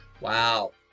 Wow